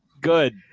good